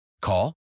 Call